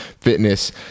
fitness